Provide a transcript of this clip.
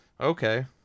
Okay